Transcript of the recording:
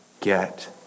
get